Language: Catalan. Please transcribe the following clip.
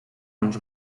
uns